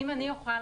אני מייעוץ